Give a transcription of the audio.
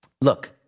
Look